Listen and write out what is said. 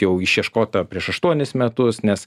jau išieškota prieš aštuonis metus nes